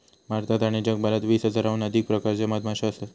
भारतात आणि जगभरात वीस हजाराहून अधिक प्रकारच्यो मधमाश्यो असत